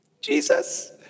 Jesus